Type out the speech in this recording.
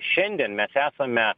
šiandien mes esame